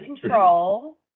control